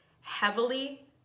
heavily